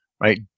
right